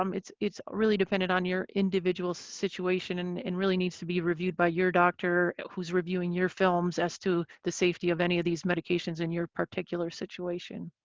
um it's it's really dependent on your individual situation and really needs to be reviewed by your doctor who's reviewing your films as to the safety of any of these medications in your particular situation.